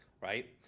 right